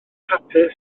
hapus